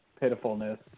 pitifulness